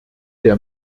der